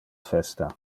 festa